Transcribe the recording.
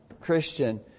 Christian